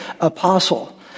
apostle